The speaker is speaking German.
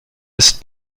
ist